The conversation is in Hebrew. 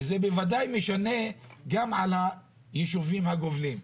וזה בוודאי משנה גם בנוגע ליישובים הגובלים.